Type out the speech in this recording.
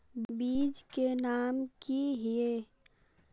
बीज के नाम की हिये?